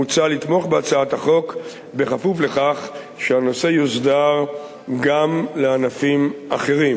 מוצע לתמוך בהצעת החוק בכפוף לכך שהנושא יוסדר גם לענפים אחרים.